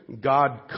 God